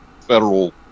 federal